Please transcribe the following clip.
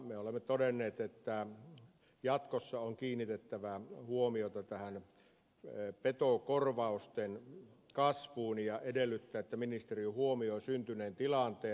me olemme todenneet että jatkossa on kiinnitettävä huomiota petokorvausten kasvuun ja edellytämme että ministeriö huomioi syntyneen tilanteen